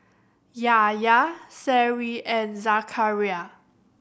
Yahya Seri and Zakaria